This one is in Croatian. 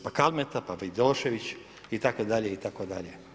Pa Kalemata, pa Vidošević itd. itd.